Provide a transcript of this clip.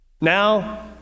now